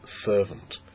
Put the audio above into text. servant